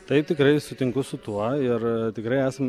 taip tikrai sutinku su tuo ir tikrai esam